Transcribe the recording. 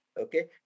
Okay